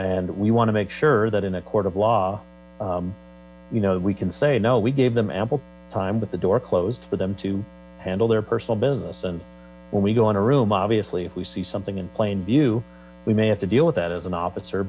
and we want to make sure that in a court of law you know we can say no we gave them ample time but the door closed for them to handle their personal business and when we go in a room obviously if we see something in plain view we may have to deal with that as an officer